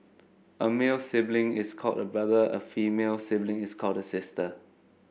a male sibling is called a brother a female sibling is called a sister